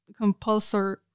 compulsory